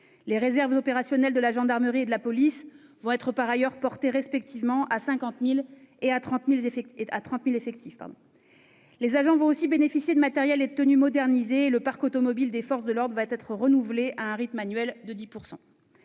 des réserves opérationnelles de la gendarmerie et de la police vont, par ailleurs, être portés respectivement à 50 000 et 30 000 personnes. Les agents vont aussi bénéficier de matériels et de tenues modernisés et le parc automobile des forces de l'ordre va être renouvelé au rythme annuel de 10 %.